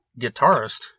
guitarist